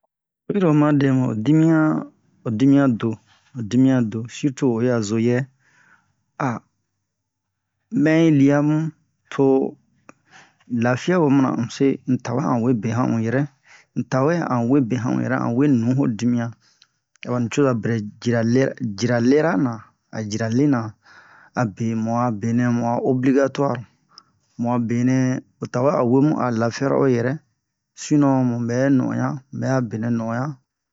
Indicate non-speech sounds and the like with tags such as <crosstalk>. oyiro oma dɛ mu ho dimiyan ho dimiyan do ho dimiyan do sirtu oyi a zo yɛ <hesitation> mɛ yi le'a mu to lafiya wo nina un se un tawɛ a wee be han un yɛrɛ un tawɛ a we be han un yɛrɛ an wee nu ho dimiyan aba nucoza bɛrɛ cira le cira lera na a cira nena abe mu a benɛ mu a obiligatuware mu a benɛ o tawɛ a o wee mu a lafiyara o yɛrɛ sinon mubɛ nu'onɲan muɓɛ a benɛ nu'onɲan